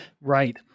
Right